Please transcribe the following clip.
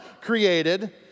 created